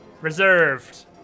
Reserved